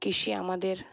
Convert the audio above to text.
কৃষি আমাদের